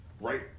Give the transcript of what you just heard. Right